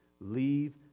leave